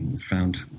found